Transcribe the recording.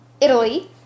Italy